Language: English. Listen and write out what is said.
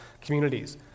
communities